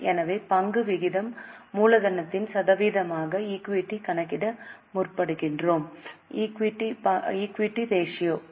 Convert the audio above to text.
எனவே பங்கு விகிதம் மூலதனத்தின் சதவீதமாக ஈக்விட்டி கணக்கிட முற்படுகிறோம்